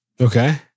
Okay